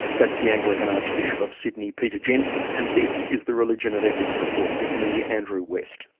that's the anglican archbishop of sydney, peter jensen. and this is the religion and ethics report with me, andrew west